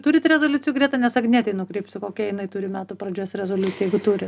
turit rezoliucijų greta nes agnietei nukreipsiu kokią jinai turi metų pradžios rezoliuciją jeigu turi